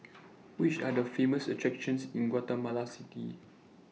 Which Are The Famous attractions in Guatemala City